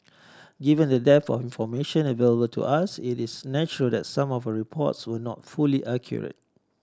given the dearth of information available to us it is natural that some of reports were not fully accurate